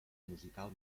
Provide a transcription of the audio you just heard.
musical